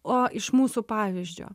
o iš mūsų pavyzdžio